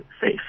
safe